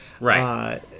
Right